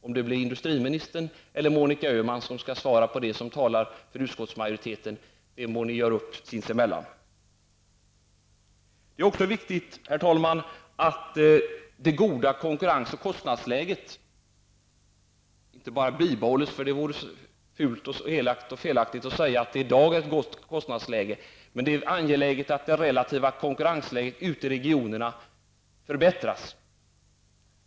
Om industriministern eller Monica Öhman, som företräder utskottsmajoriteten, skall svara på min fråga, det må ni göra upp sinsemellan. Herr talman! Det är också viktigt att det goda konkurrens och kostnadsläget inte bara bibehålles -- det vore fult och felaktigt att säga att kostnadsläget i dag är gott -- utan att det relativa konkurrensläget ute i regionerna även förbättras.